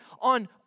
on